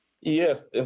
Yes